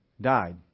died